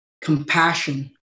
compassion